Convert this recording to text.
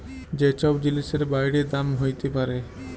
যে ছব জিলিসের বাইড়ে দাম হ্যইতে পারে